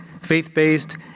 faith-based